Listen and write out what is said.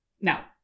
Now